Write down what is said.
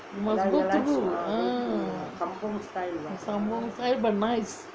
must go through ah kampung style but nice